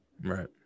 Right